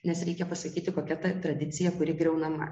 nes reikia pasakyti kokia ta tradicija kuri griaunama